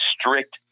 strict